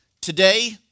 Today